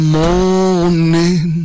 morning